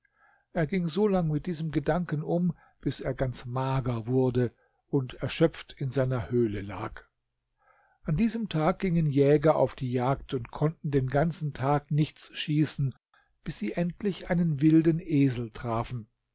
er ging so lang mit diesem gedanken um bis er ganz mager wurde und erschöpft in seiner höhle lag an diesem tag gingen jäger auf die jagd und konnten den ganzen tag nichts schießen bis sie endlich einen wilden esel trafen